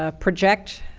ah project,